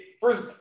first